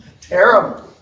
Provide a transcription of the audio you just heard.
terrible